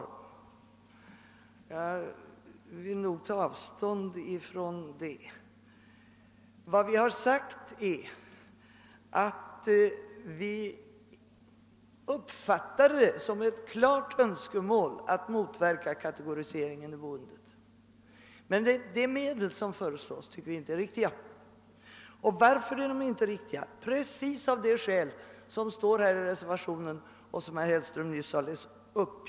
För min del vill jag ta avstånd från dem. Vad vi reservanter har sagt är att vi uppfattar det som ett klart önskemål att motverka kategoriseringen av boendet. Men de medel som föreslås tycker vi inte är riktiga. Varför är de inte riktiga? Just av de skäl som finns angivna i reservationen och som herr Hellström nyss läste upp.